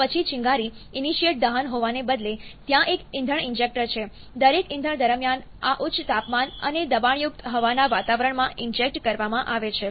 પછી ચિનગારી ઇનિશિએટેડ દહન હોવાને બદલે ત્યાં એક ઇંધણ ઇન્જેક્ટર છે દરેક ઇંધણ દરમિયાન આ ઉચ્ચ તાપમાન અને દબાણયુક્ત હવાના વાતાવરણમાં ઇન્જેક્ટ કરવામાં આવે છે